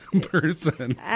person